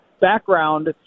background